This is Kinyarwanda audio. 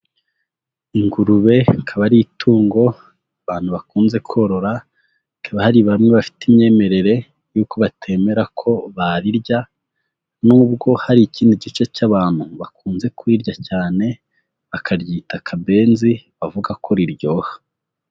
Ingurube akaba ari itungo abantu bakunze korora, hakaba hari bamwe bafite imyemerere y'uko batemera ko barirya, nubwo hari ikindi gice cy'abantu bakunze kurirya cyane bakaryita akabenzi bavuga ko riryoha.